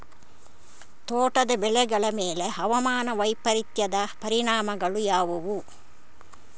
ತೋಟದ ಬೆಳೆಗಳ ಮೇಲೆ ಹವಾಮಾನ ವೈಪರೀತ್ಯದ ಪರಿಣಾಮಗಳು ಯಾವುವು?